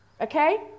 okay